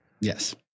Yes